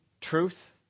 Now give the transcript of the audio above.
truth